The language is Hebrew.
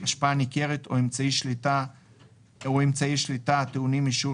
השפעה ניכרת או באמצעי שליטה הטעונים אישור